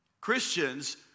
Christians